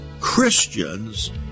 Christians